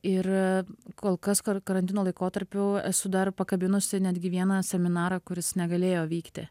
ir kol kas karantino laikotarpiu esu dar pakabinusi netgi vieną seminarą kuris negalėjo įvykti